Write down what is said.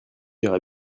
ira